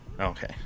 okay